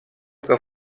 que